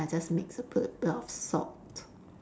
then I just mix and put a bit of salt